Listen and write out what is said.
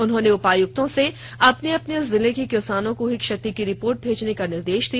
उन्होंने उपायुक्तों से अपने अपने जिले के किसानों को हुई क्षति की रिपोर्ट भेजने का निर्देश दिया